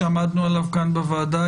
שעמדנו עליו כאן בוועדה,